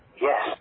yes